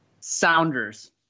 Sounders